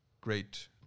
great